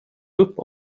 upp